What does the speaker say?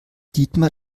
dietmar